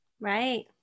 Right